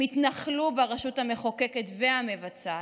הם התנחלו ברשות המחוקקת והמבצעת,